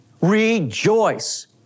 rejoice